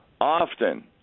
Often